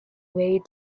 way